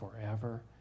forever